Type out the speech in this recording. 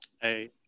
Hey